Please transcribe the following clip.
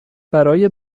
برای